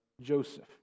Joseph